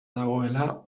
dagoela